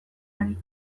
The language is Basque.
ari